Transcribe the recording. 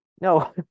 No